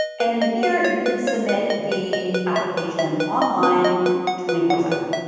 and then here you can submit the application online twenty four seven.